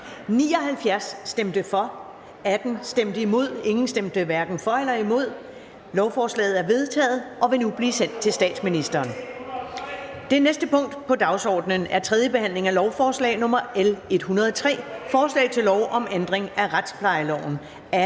imod stemte 3 (NB), hverken for eller imod stemte 0. Lovforslaget er vedtaget og vil nu blive sendt til statsministeren. --- Det næste punkt på dagsordenen er: 3) 3. behandling af lovforslag nr. L 102: Forslag til lov om ændring af lov om